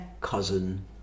cousin